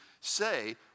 say